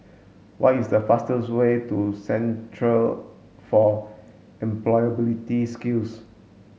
what is the fastest way to Centre for Employability Skills